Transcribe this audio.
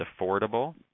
affordable